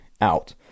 out